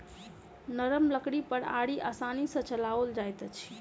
नरम लकड़ी पर आरी आसानी सॅ चलाओल जाइत अछि